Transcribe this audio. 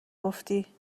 گفتی